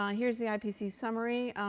um here's the ipcc summary.